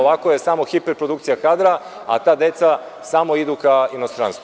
Ovako je samo hiperprodukcija kadra, a ta deca samo idu ka inostranstvu.